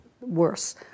worse